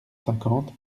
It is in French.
cinquante